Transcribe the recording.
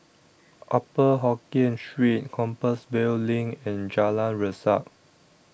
Upper Hokkien Street Compassvale LINK and Jalan Resak